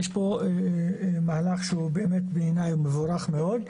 יש פה מהלך שהוא בעיניי הוא באמת מבורך מאוד,